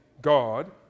God